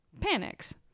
panics